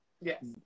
yes